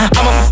I'ma